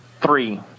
Three